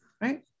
right